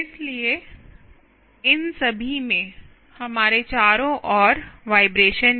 इसलिए इन सभी में हमारे चारों ओर वाइब्रेशन है